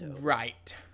Right